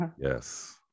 Yes